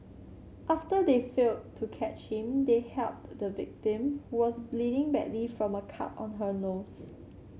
after they failed to catch him they helped the victim who was bleeding badly from a cut on her nose